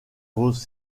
vos